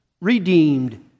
redeemed